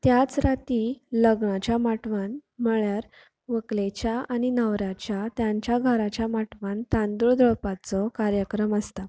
त्याच राती लग्नाच्या माटवांत म्हळ्यार व्हंकलेच्या आनी न्हवऱ्याच्या त्यांच्या घराच्या माटवांत तांदूळ दळपाचो कार्यक्रम आसता